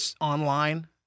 online